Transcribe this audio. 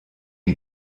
est